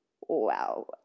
Wow